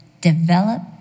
develop